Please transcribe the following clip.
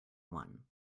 one